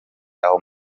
aho